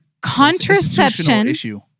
contraception